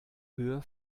höhe